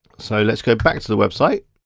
so let's go back to the website.